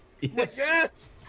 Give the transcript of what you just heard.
yes